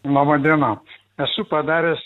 laba diena esu padaręs